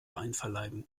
einverleiben